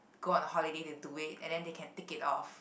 go on holiday then do it and then they can tick it off